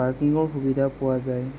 পাৰ্কিঙৰ সুবিধা পোৱা যায়